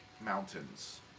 mountains